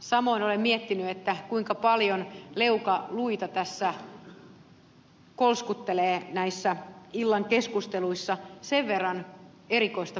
samoin olen miettinyt kuinka paljon leukaluita kolskuttelee näissä illan keskusteluissa sen verran erikoista politiikkaa on tehty